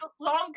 longer